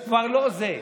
זה כבר לא זה.